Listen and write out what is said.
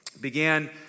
began